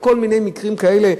ויש כל מיני מקרים כאלה.